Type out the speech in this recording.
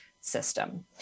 system